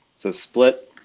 so split